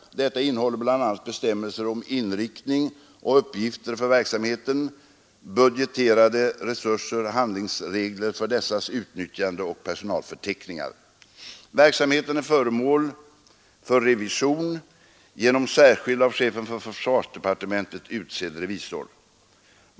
Detta innehåller bl.a. bestämmelser om inriktning och uppgifter för verksamheten, budgeterade resurser, handlingsregler för dessas utnyttjande och personalförteckningar. Verksamheten är föremål för revision genom särskild av chefen för försvarsdepartementet utsedd revisor.